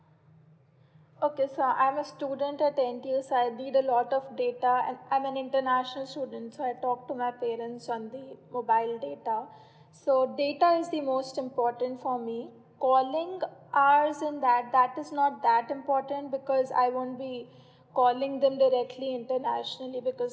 okay so I'm a student at twenty so I need a lot of data and I'm an international student so I talk to my parents on the mobile data so data is the most important for me calling hours and that that is not that important because I won't be calling them directly internationally because